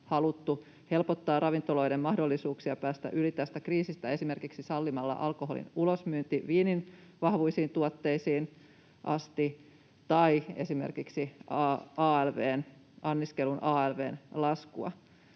helpottaa ravintoloiden mahdollisuuksia päästä yli tästä kriisistä esimerkiksi sallimalla alkoholin ulosmyynti viinin vahvuisiin tuotteisiin asti tai esimerkiksi laskemalla